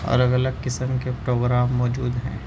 الگ الگ قسم کے پروگرام موجود ہیں